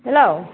hello